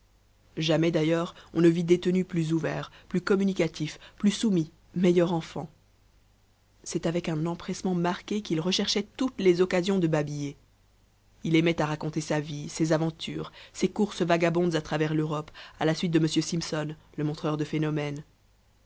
jamais d'ailleurs on ne vit détenu plus ouvert plus communicatif plus soumis meilleur enfant c'est avec un empressement marqué qu'il recherchait toutes les occasions de babiller il aimait à raconter sa vie ses aventures ses courses vagabondes à travers l'europe à la suite de m simpson le montreur de phénomènes